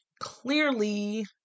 Clearly